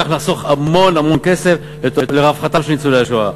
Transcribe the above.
וכך נחסוך המון כסף לרווחתם של ניצולי השואה.